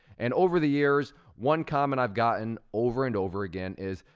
and over the years, one comment i've gotten over and over again is,